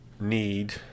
need